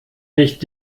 nicht